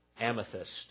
amethyst